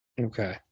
Okay